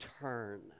turn